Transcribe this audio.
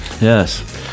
Yes